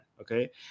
okay